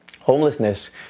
Homelessness